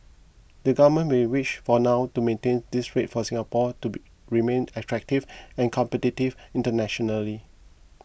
the government may wish for now to maintain this rate for Singapore to be remain attractive and competitive internationally